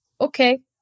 okay